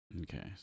Okay